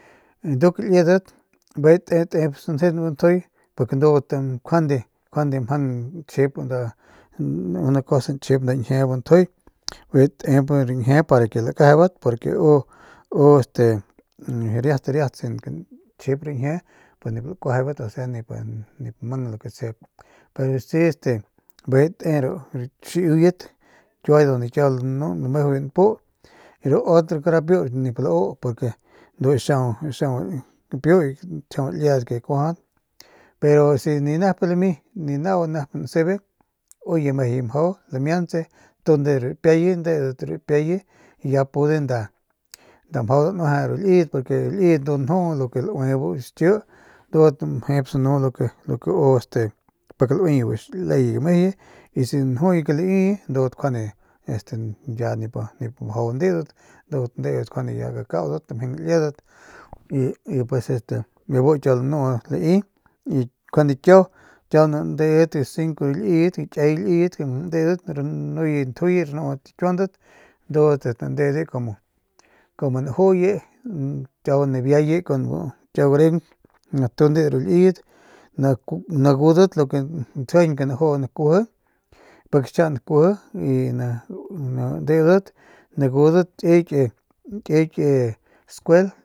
Nduk liedat bijiy te tep sanjeun bu ntjuy porque ndudat njuande mjang nchjip nda una cosa nchjip bu ntjuy bijiy te rañjiep para que lakajaybat porque u u este riat riat sin ke nchjip rañjie nip lakuajaybat osea nip mang lo que tsjep pero si este bijiy te ru ki xiuyet kiua unde lanu lameju biu npu ru otro kara piu nip lau porque ndu xiau xiau piu y tachjiau liedat ke kuajadat pero si ninep lami si ni nau nep nsebe uye mejuye mjau lamiantse tunde ru rapiaye ndeudat ru rapiaye ya pude nda mjau danueje ru liyet porque ru liyet ndu nju lu ke nda laue bu xiki ndudat mjep snu lo que u este pik lauye bu leye mejeye si njuye laiye ndudat njuande ya nip mjau ndeudat ndudat ndeudat njuande ya gakaudat tamjiang liedat y este bebu kiau lanu lai y njuande kiau kiau nandeedat cinco liyet tikiay liyet nandeudat ranuye njuye rnudat kiuandat ndudat tandeude como najuye kiau nabiaye kun kiau gareunk natunde ru liyet nagudat ntsjijiñ ke najuu nakuiji pik chja y nandeudat nagudat kiy ki kiy ki skuel.